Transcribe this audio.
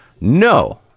No